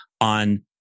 on